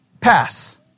pass